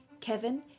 Kevin